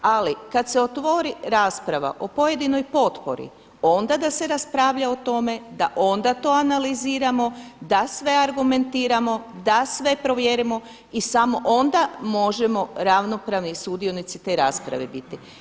Ali kada se otvori rasprava o pojedinoj potpori onda da se raspravlja o tome da onda to analiziramo, da sve argumentiramo, da sve provjerimo i samo onda možemo ravnopravni sudionici te rasprave biti.